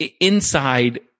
inside